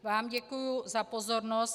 Vám děkuji za pozornost.